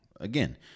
Again